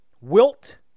Wilt